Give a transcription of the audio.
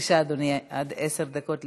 בבקשה אדוני, עד עשר דקות לרשותך.